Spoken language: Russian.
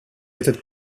этот